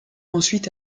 ensuite